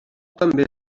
també